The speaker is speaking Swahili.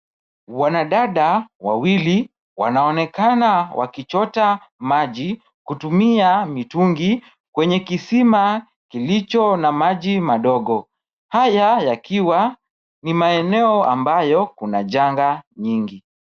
Wanadada wawili wanaonekana wakichota maji kutumia mitungi kwenye kisima kilicho na maji madogo haya yakiwa ni maeneo ambayo kuna janga nyingi.